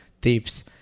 tips